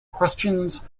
questions